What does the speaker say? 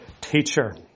teacher